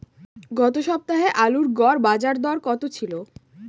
গত সপ্তাহে আলুর গড় বাজারদর কত ছিল?